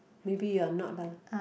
maybe you're not lah